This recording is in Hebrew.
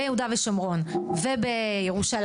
ביהודה ושומרון ובירושלים,